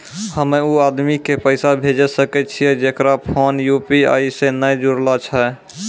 हम्मय उ आदमी के पैसा भेजै सकय छियै जेकरो फोन यु.पी.आई से नैय जूरलो छै?